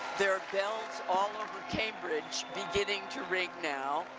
there are bells all over cambridge beginning to ring now,